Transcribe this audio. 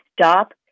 stop